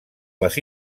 les